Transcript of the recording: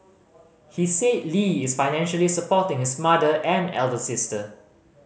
he said Lee is financially supporting his mother and elder sister